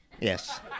Yes